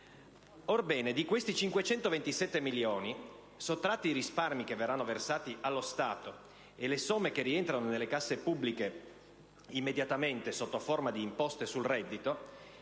Orbene, di questi quasi 527 milioni, sottratti i risparmi che verranno versati allo Stato e le somme che rientrano nelle casse pubbliche immediatamente sotto forma di imposte sul reddito,